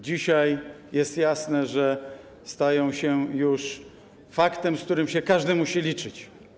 Dzisiaj jest jasne, że stają się już faktem, z którym każdy musi się liczyć.